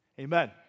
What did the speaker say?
Amen